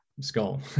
skull